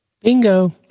Bingo